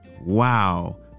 Wow